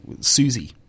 Susie